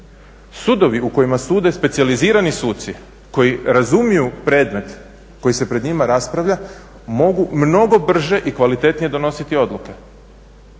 Sudovi u kojima sude specijalizirani suci koji razumiju predmet koji se pred njima raspravlja mogu mnogo brže i kvalitetnije donositi odluke.